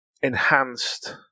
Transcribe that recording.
enhanced